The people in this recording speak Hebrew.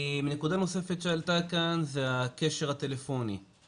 נקודה נוספת שעלתה כאן זה הקשר הטלפוני,